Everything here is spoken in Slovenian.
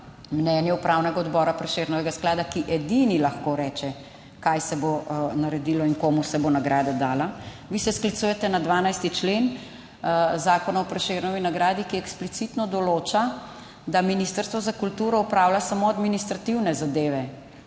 mnenje Upravnega odbora Prešernovega sklada, ki edini lahko reče, kaj se bo naredilo in komu se bo nagrada dala. Vi se sklicujete na 12. člen Zakona o Prešernovi nagradi, ki eksplicitno določa, da Ministrstvo za kulturo opravlja samo administrativne zadeve